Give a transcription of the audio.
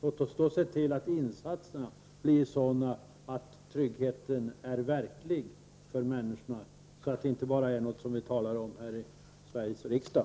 Låt oss då se till att insatserna blir sådana att tryggheten är verklig för människorna, så att den inte bara är något vi talar om här i Sveriges riksdag.